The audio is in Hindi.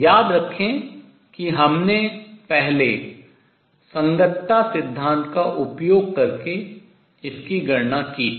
याद रखें कि हमने पहले संगतता सिद्धांत का उपयोग करके इसकी गणना की थी